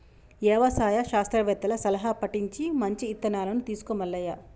యవసాయ శాస్త్రవేత్తల సలహా పటించి మంచి ఇత్తనాలను తీసుకో మల్లయ్య